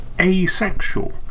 asexual